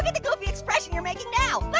the goofy expression you're making now. but